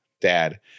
dad